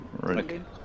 right